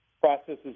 processes